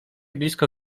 blisko